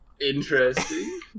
Interesting